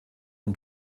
vom